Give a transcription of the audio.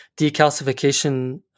decalcification